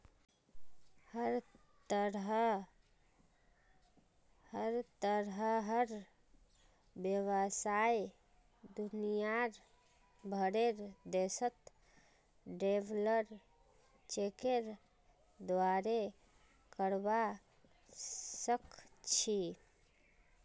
हर तरहर व्यवसाय दुनियार भरेर देशत ट्रैवलर चेकेर द्वारे करवा सख छि